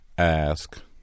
Ask